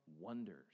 wonders